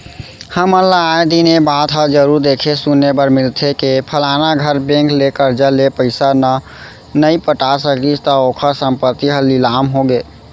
हमन ल आय दिन ए बात ह जरुर देखे सुने बर मिलथे के फलाना घर बेंक ले करजा ले पइसा न नइ पटा सकिस त ओखर संपत्ति ह लिलाम होगे